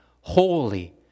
holy